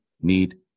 need